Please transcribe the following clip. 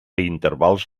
intervals